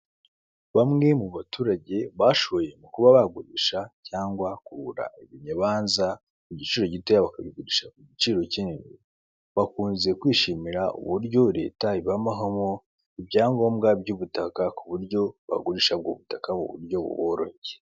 Bamwe mu baturage bashoye mu kuba bagurisha cyangwa kugura ibibanza, kungiciro gitoya bakabigurisha ku giciro kinini. Bakunze kwishimira uburyo reta ibahamo ibyangombwa by'ubutaka ku buryo bagurisha ubwo butaka ku buryo buboroheye.